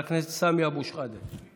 חבר הכנסת סמי אבו שחאדה.